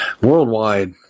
Worldwide